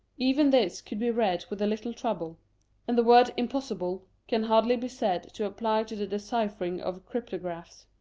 even this could be read with a little trouble and the word impossible can hardly be said to apply to the deciphering of cryptographs.